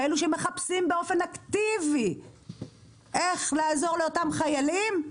כאלה שמחפשים באופן אקטיבי איך לעזור לאותם חיילים,